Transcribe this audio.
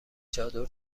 چادر